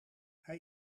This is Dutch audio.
hij